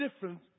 different